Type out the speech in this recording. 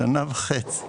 שנה וחצי.